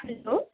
hello